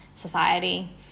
society